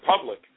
public